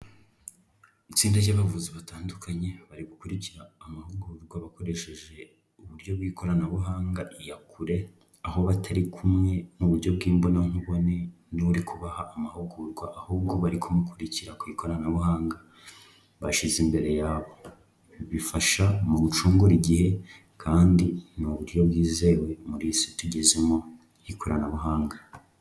Itsinda ry'abavuzi batandukanye bari gukurikira amahugurwa bakoresheje uburyo bw'ikoranabuhanga iya kure, aho batari kumwe mu buryo bw'ibonankubone n'uri kubaha amahugurwa, ahubwo bari kumukurikira ku ikoranabuhanga bashyize imbere yabo, bifasha mu gucungura igihe kandi n'uburyo bwizewe muri iyi si tugezemo y'ikoranabuhanga.